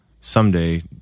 someday